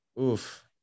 oof